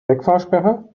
wegfahrsperre